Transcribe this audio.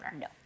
No